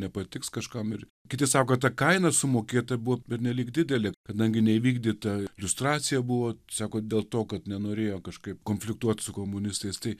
nepatiks kažkam ir kiti sako ta kaina sumokėta buvo pernelyg didelė kadangi neįvykdyta liustracija buvo sako dėl to kad nenorėjo kažkaip konfliktuot su komunistais tai